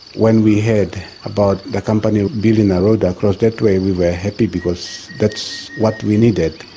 when we heard about the company building a road across that way we were happy, because that's what we needed.